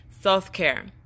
Self-care